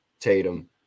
Tatum